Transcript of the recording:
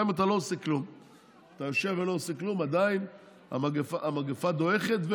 גם אם אתה יושב ולא עושה כלום עדיין המגפה דועכת,